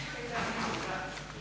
Hvala